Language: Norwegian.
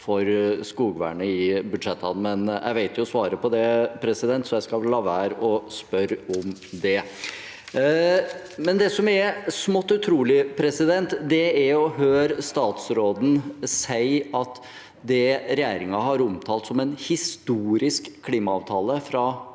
for skogvernet i budsjettene, men jeg vet jo svaret på det, så jeg skal la være å spørre om det. Det som er smått utrolig, er å høre statsråden si at det regjeringen har omtalt som en historisk klimaavtale fra